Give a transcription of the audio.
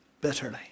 bitterly